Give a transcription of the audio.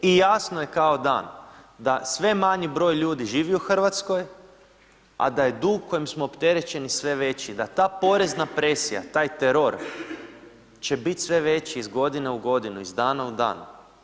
I jasno je kao dan da sve manji broj ljudi živi u Hrvatskoj, a da je dug kojim smo opterećeni sve veći, da ta porezna presija, taj teror će biti sve veći iz godine u godinu, iz dana u dan.